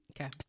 Okay